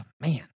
man